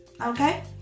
Okay